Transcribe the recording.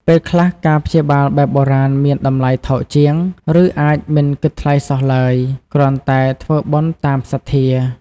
ពេលខ្លះ ការព្យាបាលបែបបុរាណមានតម្លៃថោកជាង ឬអាចមិនគិតថ្លៃសោះឡើយ គ្រាន់តែធ្វើបុណ្យតាមសទ្ធា។